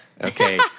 Okay